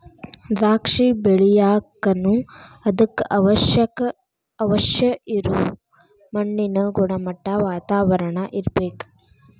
ದ್ರಾಕ್ಷಿ ಬೆಳಿಯಾಕನು ಅದಕ್ಕ ಅವಶ್ಯ ಇರು ಮಣ್ಣಿನ ಗುಣಮಟ್ಟಾ, ವಾತಾವರಣಾ ಇರ್ಬೇಕ